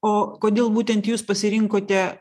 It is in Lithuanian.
o kodėl būtent jūs pasirinkote